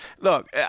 look